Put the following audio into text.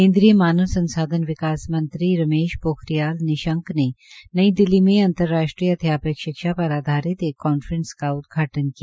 केन्द्रीय मानव संसाधन विकास मंत्री रमेश पोखिरियाल निशंक ने नई दिल्ली में अंतर्राष्ट्रीय अध्यापक शिक्षा पर आधारित एक कांफ्रेस का उदघाटन किया